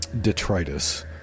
detritus